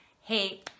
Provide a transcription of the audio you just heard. Hey